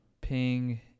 Ping